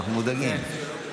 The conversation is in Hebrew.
אנחנו מודאגים.